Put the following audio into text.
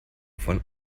von